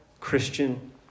Christian